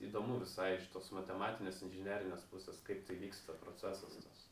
įdomu visai iš tos matematinės inžinerinės pusės kaip tai vyksta procesas visas